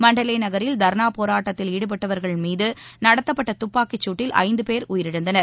மண்டலே நகரில் தர்ணா போராட்டத்தில் ஈடுபட்டவர்கள் மீது நடத்தப்பட்ட துப்பாக்கிச்சுட்டில் ஐந்து பேர் உயிரிழந்தனர்